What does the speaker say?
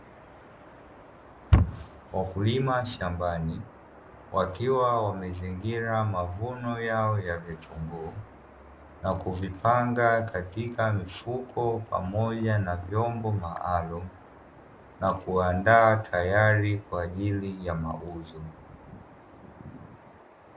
Wakulima shambani wakiwa wamezingira mavuno yao ya vitunguu, na kuvipanga katika mfuko pamoja na vyombo maalumu na kuandaa tayari kwa ajili ya mauzo.